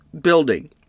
building